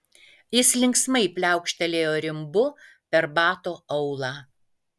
jis linksmai pliaukštelėjo rimbu per bato aulą